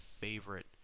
favorite